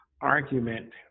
argument